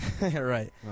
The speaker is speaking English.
Right